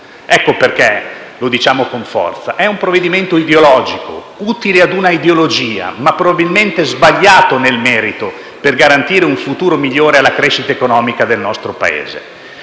Ecco perché diciamo con forza che questo è un provvedimento ideologico; utile a un'ideologia, ma probabilmente sbagliato nel merito al fine di garantire un futuro migliore alla crescita economica del nostro Paese.